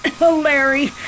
Larry